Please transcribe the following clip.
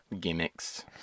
Gimmicks